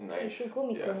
you should Mikono